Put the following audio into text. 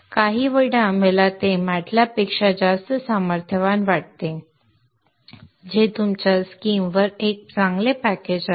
काहीवेळा मला ते MATLAB पेक्षा जास्त सामर्थ्यवान वाटते जे तुमच्या सिस्टीमवर एक चांगले पॅकेज आहे